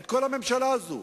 את כל הממשלה הזאת.